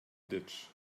ditch